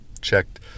checked